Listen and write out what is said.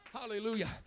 hallelujah